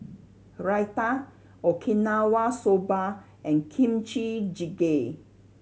Raita Okinawa Soba and Kimchi Jjigae